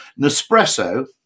Nespresso